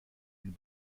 den